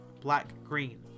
black-green